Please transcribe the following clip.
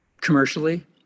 Commercially